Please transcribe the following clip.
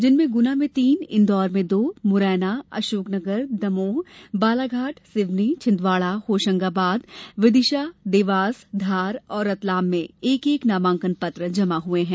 जिसमें गुना में तीन इंदौर में दो मुरैना अशोकनगर दमोह बालाघाट सिवनी छिंदवाड़ा होशंगाबाद विदिशा देवास धार और रतलाम में एक एक नामांकन पत्र जमा हुए हैं